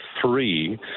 three